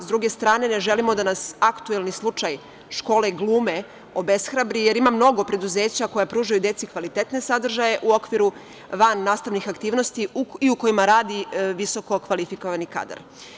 S druge strane, ne želimo da nas aktuelni slučaj škole glume obeshrabri, jer ima mnogo preduzeća koja pružaju deci kvalitetne sadržaje u okviru vannastavnih aktivnosti i u kojima radi visokokvalifikovani kadar.